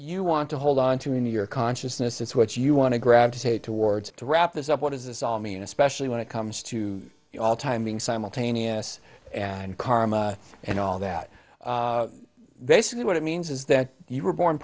you want to hold onto in your consciousness that's what you want to gravitate towards to wrap this up what does this all mean especially when it comes to you all time being simultaneous and karma and all that basically what it means is that you were born